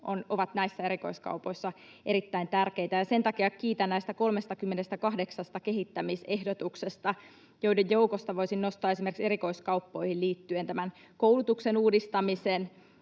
ovat näissä erikoiskaupoissa erittäin tärkeitä, ja sen takia kiitän näistä 38 kehittämisehdotuksesta, joiden joukosta voisin nostaa esimerkiksi erikoiskauppoihin liittyen koulutuksen uudistamisen